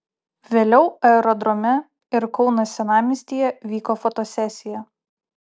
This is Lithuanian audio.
vėliau aerodrome ir kauno senamiestyje vyko fotosesija